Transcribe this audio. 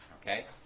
Okay